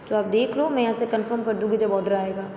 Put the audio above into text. तो आप देख लो मैं यहाँ से कंफ़र्म कर दूंगी जब ऑर्डर आएगा